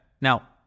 now